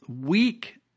weak